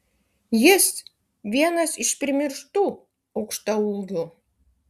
jis vienas iš primirštų aukštaūgių